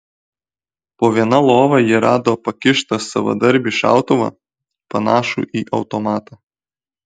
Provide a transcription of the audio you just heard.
po viena lova jie rado pakištą savadarbį šautuvą panašų į automatą